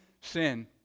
sin